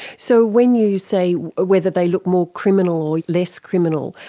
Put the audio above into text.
so when you say whether they look more criminal or less criminal,